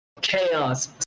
chaos